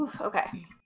Okay